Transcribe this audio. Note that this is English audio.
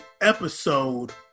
episode